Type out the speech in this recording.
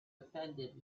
offended